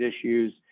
issues